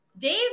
Dave